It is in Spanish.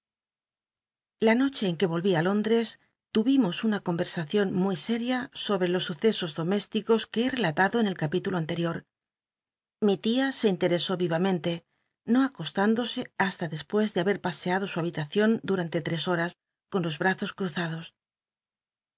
la noche en que volví ü lónd rc lmimos una corwersacion muy séria sobre los uce os doméstiticos que he relatado en el capitu lo antcl'ior lli tia se interesó vi'amentc no acoslündosc hasta despues de baber paseado sn habilacion durante tr es hor as con los brazos cruzados